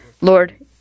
Lord